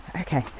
Okay